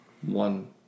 one